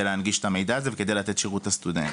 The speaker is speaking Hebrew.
להנגיש את המידע הזה וכדי לתת שירות לסטודנט.